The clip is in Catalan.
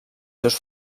seus